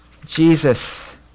Jesus